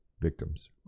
victims